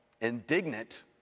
indignant